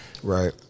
Right